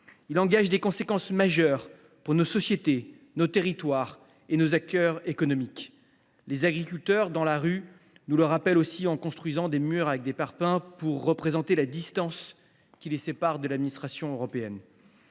Il a des conséquences majeures pour nos sociétés, nos territoires et nos acteurs économiques. Les agriculteurs, dans la rue, nous le rappellent à leur façon, en construisant des murs avec des parpaings pour représenter la distance qui les sépare de l’administration européenne.